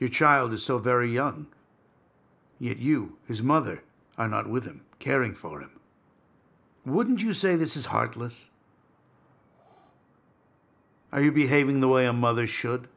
your child is so very young yet you his mother are not with him caring for him wouldn't you say this is heartless are you behaving the way a mother should